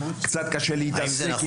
קצה קשה להתעסק עם זה.